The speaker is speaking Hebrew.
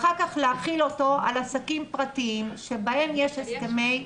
אחר כך להחיל אותו על עסקים פרטיים בהם יש הסכמי שכר.